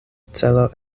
celo